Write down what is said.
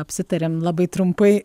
apsitariam labai trumpai